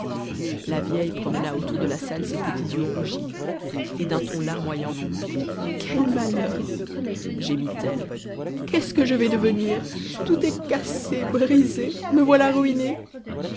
la vieille promena autour de la salle ses petits yeux rougis et d'un ton larmoyant quel malheur gémit-elle qest ce que je vais devenir tout est cassé brisé me voilà ruinée